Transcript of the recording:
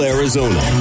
Arizona